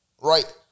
right